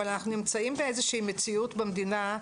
אבל אנחנו נמצאים באיזושהי מציאות במדינה,